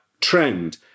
trend